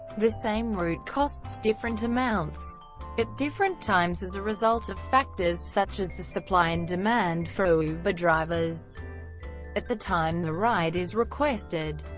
the same route costs different amounts at different times as a result of factors such as the supply and demand for uber but drivers at the time the ride is requested.